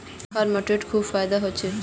हरा मटरेर खूब फायदा छोक